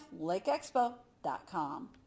lakeexpo.com